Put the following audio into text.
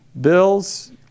Bill's